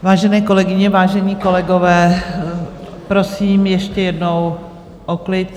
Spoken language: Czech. Vážené kolegyně, vážení kolegové, prosím ještě jednou o klid.